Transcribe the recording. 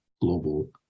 global